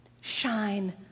Shine